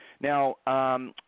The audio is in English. Now